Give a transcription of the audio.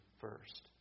first